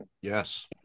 Yes